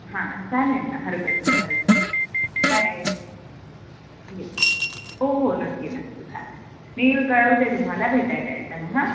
हां चालेल ना हरकत नाही हरकत नाही नाही येस हो हो नक्की नक्की चालेल मी कळवते तुम्हाला भेटायला येताना हां